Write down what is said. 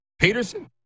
Peterson